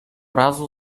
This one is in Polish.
razu